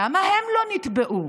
למה הם לא נתבעו?